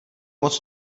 moc